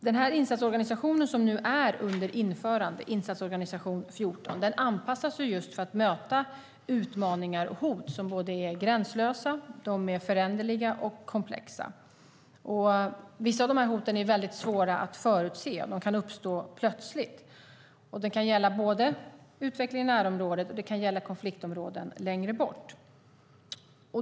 Den insatsorganisation som är under införande, Insatsorganisation 2014, anpassas just för att möta utmaningar och hot som är gränslösa, föränderliga och komplexa. Vissa av de här hoten är väldigt svåra att förutse. De kan uppstå plötsligt. Det kan gälla både utvecklingen i närområdet och konfliktområden längre bort.